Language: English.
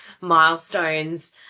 milestones